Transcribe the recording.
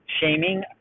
shaming